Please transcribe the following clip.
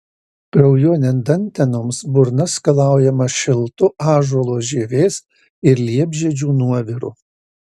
kraujuojant dantenoms burna skalaujama šiltu ąžuolo žievės ir liepžiedžių nuoviru